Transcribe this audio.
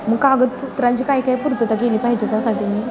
मग कागद पत्रांची काही काही पूर्तता केली पाहिजे त्यासाठी मी